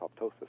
apoptosis